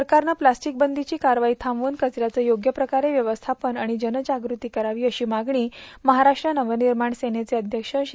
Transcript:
सरकारने प्लास्टिक बंदीची कारवाई थांबवून कचऱ्याचे योग्य प्रकारे व्यवस्थापन आणि जनजागृती करावी अश्नी मागणी महाराष्ट्र नवनिर्माण सेनेचे अध्यक्ष श्री